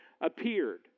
appeared